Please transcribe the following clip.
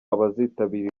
abazitabira